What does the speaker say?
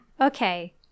Okay